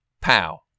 pow